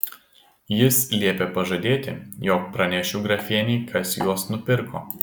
jis liepė pažadėti jog pranešiu grafienei kas juos nupirko